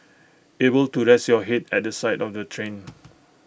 able to rest your Head at the side of the train